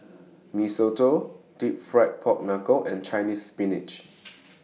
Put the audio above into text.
Mee Soto Deep Fried Pork Knuckle and Chinese Spinach